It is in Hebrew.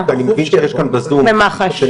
-- אני מבין שיש כאן בזום ----- במח"ש.